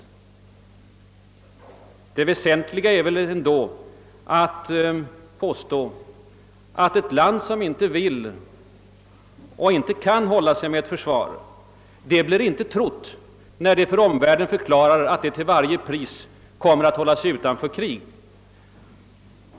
Men det väsentliga är väl ändå, att ett land som inte vill eller kan hålla sig med ett försvar inte blir trott, när det för omvärlden förklarar att det till varje pris kommer att hålla sig neutralt i ett krig.